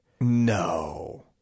no